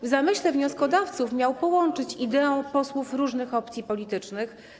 W zamyśle wnioskodawców miał połączyć ideą posłów różnych opcji politycznych.